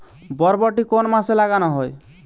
বরবটি কোন মাসে লাগানো হয়?